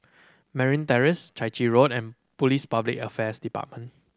Merryn Terrace Chai Chee Road and Police Public Affairs Department